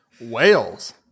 Wales